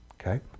Okay